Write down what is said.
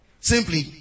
Simply